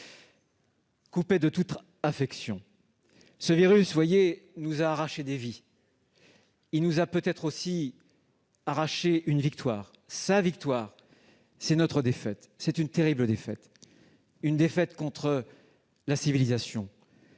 Coupé de toute affection, ce virus nous a arraché des vies. Il nous a peut-être aussi volé une victoire. Sa victoire, c'est notre défaite- une terrible défaite !-, contre la civilisation,